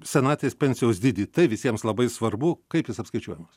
senatvės pensijos dydį tai visiems labai svarbu kaip jis apskaičiuojamas